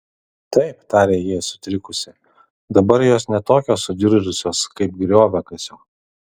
taip tarė ji sutrikusi dabar jos ne tokios sudiržusios kaip grioviakasio